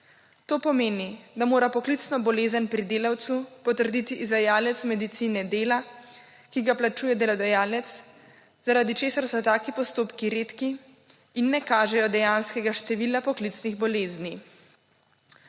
To pomeni, da mora poklicno bolezen pri delavcu potrditi izvajalec medicine dela, ki ga plačuje delodajalec, zaradi česar so taki postopki redki in ne kažejo dejanskega števila poklicnih bolezni.